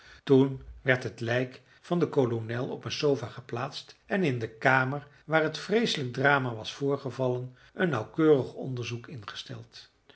toen werd het lijk van den kolonel op een sofa geplaatst en in de kamer waar het vreeselijk drama was voorgevallen een nauwkeurig onderzoek ingesteld